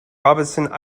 robinson